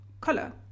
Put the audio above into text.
color